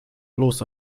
bloß